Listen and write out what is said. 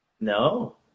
No